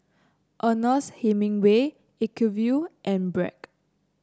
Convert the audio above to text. Ernest Hemingway Acuvue and Bragg